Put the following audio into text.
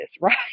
right